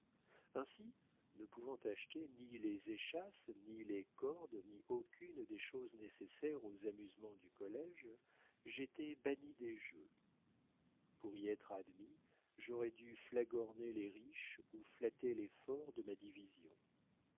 ainsi ne pouvant acheter ni les échasses ni les cordes ni aucune des choses nécessaires aux amusements du collége j'étais banni des jeux pour y être admis j'aurais dû flagorner les riches ou flatter les forts de ma division